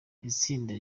itsinda